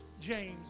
James